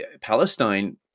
Palestine